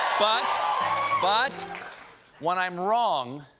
but but when i'm wrong,